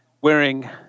wearing